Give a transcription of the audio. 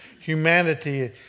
humanity